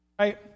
Right